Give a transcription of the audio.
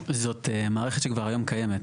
זאת מערכת שכבר היום קיימת.